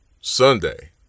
Sunday